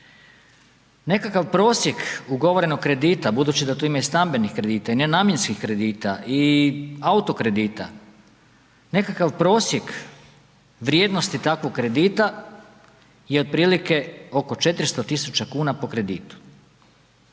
Nekakav prosjek ugovorenog kredita, budući da tu ima i stambenih kredita i nenamjenskih kredita i auto kredita nekakav prosjek vrijednosti takvog kredita je otprilike oko 400.000 kuna po kreditu.